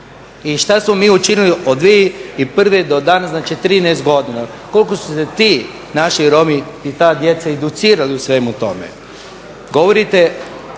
i šta smo mi učinili od 2001. do danas, znači 13 godina? Koliko su se ti naši Romi i ta djeca educirali u svemu tome.